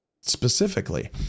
specifically